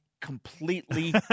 completely